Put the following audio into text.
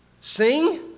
sing